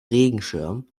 regenschirm